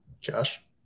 Josh